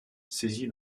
saisit